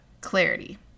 clarity